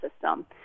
system